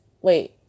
wait